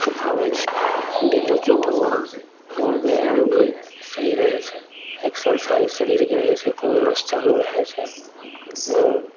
आबै छी डेलीके दौड़ आओर व्यायाम भी सही रहै छै एक्सरसाइज शरीरके रहै छै खून नस चालू रहै छै आओर